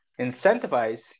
Incentivize